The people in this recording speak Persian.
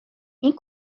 این